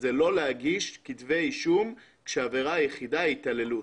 זה לא להגיש כתבי אישום כשהעבירה היחידה היא התעללות.